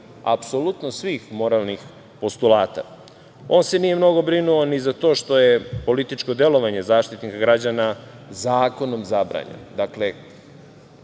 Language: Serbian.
apsolutno svih moralnih postulata. On se nije mnogo brinuo ni za to što je političkog delovanje Zaštitnika građana zakonom zabranjeno. Dakle,